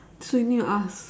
so you need to ask